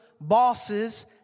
bosses